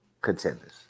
contenders